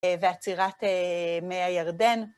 ועצירת מי הירדן.